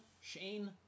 Shane